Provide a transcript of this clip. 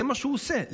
זה מה שהוא עושה.